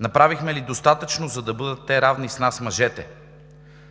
Направихме ли достатъчно, за да бъдат те равни с нас, мъжете?